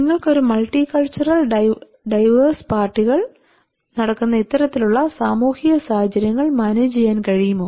നിങ്ങൾക്ക് ഒരു multicultural diverse പാർട്ടികൾ നടക്കുന്ന ഇത്തരത്തിലുള്ള സാമൂഹിക സാഹചര്യങ്ങൾ മാനേജുചെയ്യാൻ കഴിയുമോ